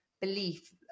belief